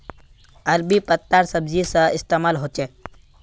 अरबी पत्तार सब्जी सा इस्तेमाल होछे